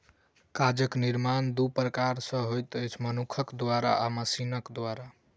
कागज निर्माण दू प्रकार सॅ होइत अछि, मनुखक द्वारा आ मशीनक द्वारा